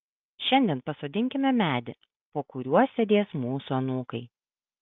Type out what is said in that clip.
šiandien pasodinkime medį po kuriuo sėdės mūsų anūkai